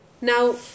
now